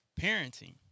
parenting